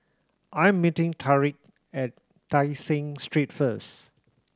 I am meeting Tariq at Tai Seng Street first